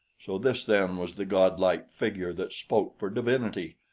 so this then was the godlike figure that spoke for divinity!